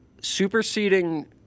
superseding